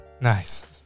Nice